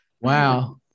wow